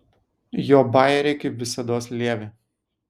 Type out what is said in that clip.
jo bajeriai kaip visados lievi